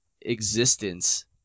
existence